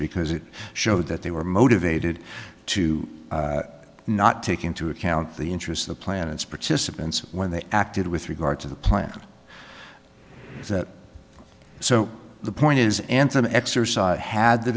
because it showed that they were motivated to not take into account the interest of the planets participants when they acted with regard to the plan that so the point is and some exercise had the